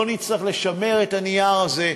לא נצטרך לשמר את הנייר הזה.